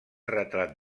retrat